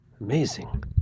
Amazing